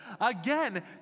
Again